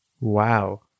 wow